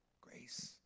Grace